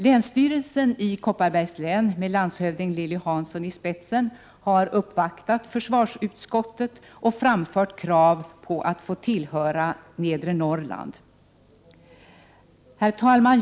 Länsstyrelsen i Kopparbergs län med landshövding Lilly Hansson i spetsen — Prot. 1988/89:121 har uppvaktat försvarsutskottet och framfört krav på att få tillhöra Nedre 25 maj 1989 Norrland. Herr talman!